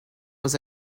was